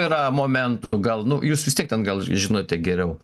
yra momentų gal nu jūs vis tiek ten gal žinote geriau